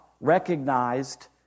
recognized